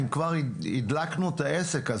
אם כבר הדלקנו את העסק,